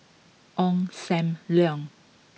Ong Sam Leong